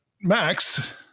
Max